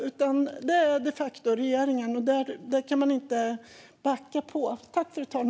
Den uppgiften har de facto regeringen, och det kan man inte backa från.